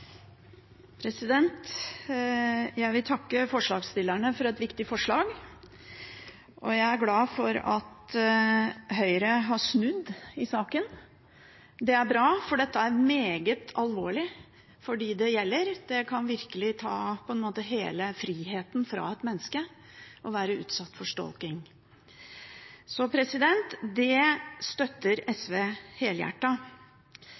glad for at Høyre har snudd i saken. Det er bra, for dette er meget alvorlig for dem det gjelder. Det kan på en måte virkelig ta hele friheten fra et menneske det å være utsatt for stalking, så dette støtter SV